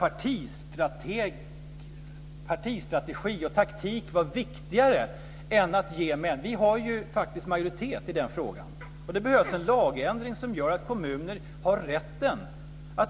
Miljöpartiet vill framför allt göra det genom att sänka arbetstiden genom en ändring av lagstiftningen.